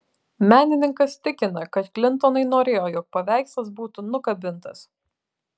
menininkas tikina kad klintonai norėjo jog paveikslas būtų nukabintas